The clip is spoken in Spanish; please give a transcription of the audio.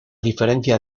diferencia